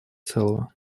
целого